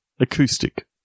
Acoustic